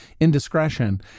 indiscretion